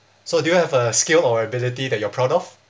so do you have a skill or ability that you are proud of